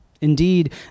Indeed